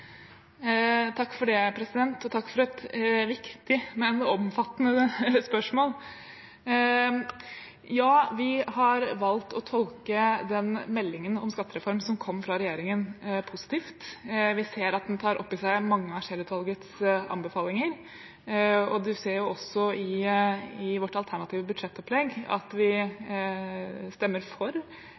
Takk for et viktig, men omfattende spørsmål. Ja, vi har valgt å tolke den meldingen om skattereform som kom fra regjeringen, positivt. Vi ser at den tar opp i seg mange av Scheel-utvalgets anbefalinger, og man ser også i vårt alternative budsjettopplegg at vi stemmer for